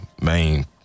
main